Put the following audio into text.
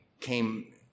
came